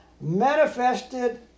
manifested